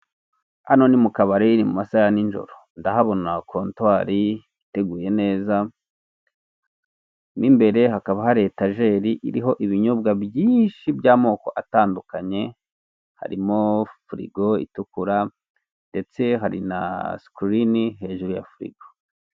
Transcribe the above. Hano ni mukabari mu masaha ya nijoro, ndahabona contwari iteguye neza mw'imbere hakaba hari etageri iriho ibinyobwa byinshi by'amoko atandukanye, harimo firigo itukura ndetse hari na sikirine hejuru ya firigo.